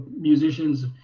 musicians